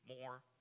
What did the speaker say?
more